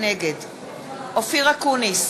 נגד אופיר אקוניס,